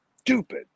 stupid